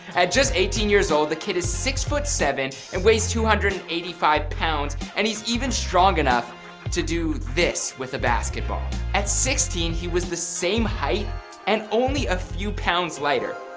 at just eighteen years old, the kid is six foot seven and weighs two hundred and eighty five pounds. and he's even strong enough to do, this to a basketball at sixteen he was the same height and only a few pounds lighter.